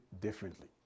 differently